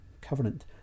covenant